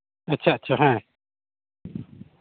ᱟᱪᱷᱟ ᱟᱪᱷᱟ ᱦᱮᱸ